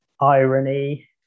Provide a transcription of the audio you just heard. irony